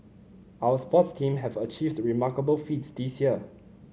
our sports team have achieved remarkable feats this year